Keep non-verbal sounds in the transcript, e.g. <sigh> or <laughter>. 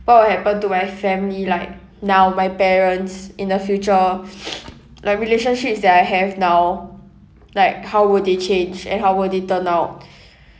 what will happen to my family like now my parents in the future <noise> like relationships that I have now like how will they change and how will they turn out <breath>